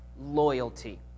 loyalty